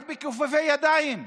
רק בכיפופי ידיים,